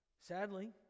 Sadly